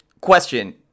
Question